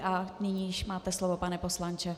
A nyní již máte slovo, pane poslanče.